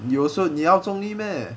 you also 你要忠义 meh